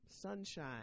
sunshine